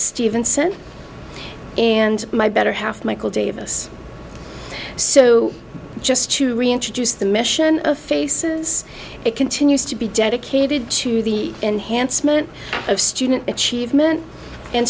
stevenson and my better half michael davis so just to reintroduce the mission of faces it continues to be dedicated to the enhancement of student achievement